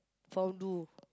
fondue